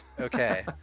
Okay